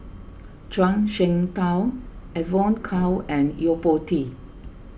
Zhuang Shengtao Evon Kow and Yo Po Tee